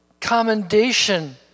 commendation